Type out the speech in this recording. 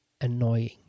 annoying